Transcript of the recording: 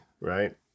right